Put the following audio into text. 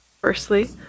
firstly